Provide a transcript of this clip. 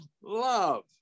love